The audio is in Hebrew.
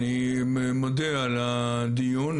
אני מודה על הדיון,